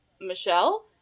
Michelle